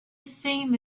same